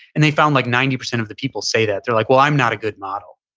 and they found like ninety percent of the people say that they're like, well, i'm not a good model.